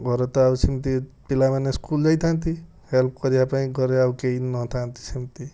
ଘରେ ତ ଆଉ ସେମିତି ପିଲାମାନେ ସ୍କୁଲ ଯାଇଥାନ୍ତି ହେଲ୍ପ କରିବା ପାଇଁ ଘରେ ଆଉ କେହିନଥାନ୍ତି ସେମିତି